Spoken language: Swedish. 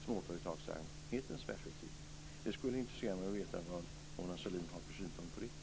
Det skulle intressera mig att veta vilka synpunkter Mona Sahlin har på det.